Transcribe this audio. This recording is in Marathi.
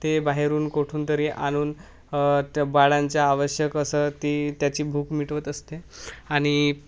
ते बाहेरून कोठून तरी आणून त्या बाळांच्या आवश्यक असं ती त्याची भूक मिटवत असते आणि